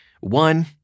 one